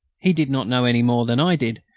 he did not know any more than i did,